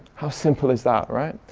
how simple is that right?